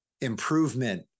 Improvement